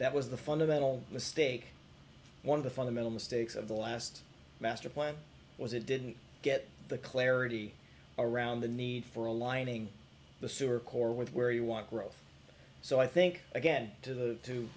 that was the fundamental mistake one of the fundamental mistakes of the last master plan was it didn't get the clarity around the need for aligning the sewer core with where you want growth so i think again to the to